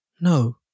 No